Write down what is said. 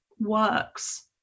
works